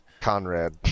Conrad